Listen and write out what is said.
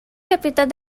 capital